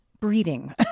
Breeding